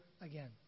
again